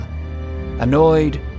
Annoyed